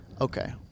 Okay